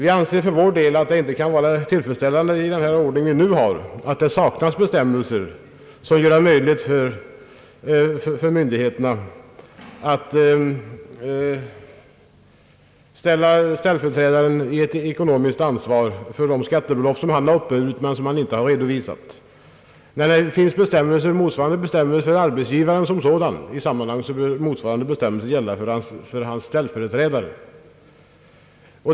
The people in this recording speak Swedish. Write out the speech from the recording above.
Vi anser för vår del att det inte kan vara tillfredsställande i nuvarande ordning att det saknas bestämmelser som gör det möjligt för myndigheterna att göra ställföreträdaren ekonomiskt ansvarig för de skattebelopp som han har uppburit men som han inte har redovisat. När det finns bestämmelser för arbetsgivaren härom, bör motsvarande bestämmelser gälla för hans ställföreträdare.